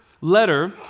letter